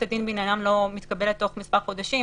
הדין בעניינם לא מתקבלת תוך מספר חודשים